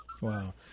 Wow